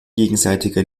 gegenseitiger